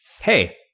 hey